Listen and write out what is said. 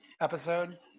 episode